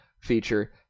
feature